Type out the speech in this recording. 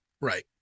Right